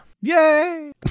Yay